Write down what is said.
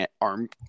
arm